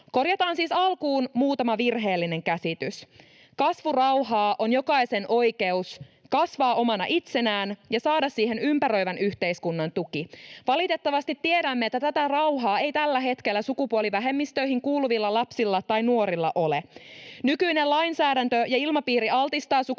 Korjataan siis alkuun muutama virheellinen käsitys. Kasvurauhaa on jokaisen oikeus kasvaa omana itsenään ja saada siihen ympäröivän yhteiskunnan tuki. Valitettavasti tiedämme, että tätä rauhaa ei tällä hetkellä sukupuolivähemmistöihin kuuluvilla lapsilla tai nuorilla ole. Nykyinen lainsäädäntö ja ilmapiiri altistavat sukupuolivähemmistöihin